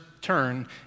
turn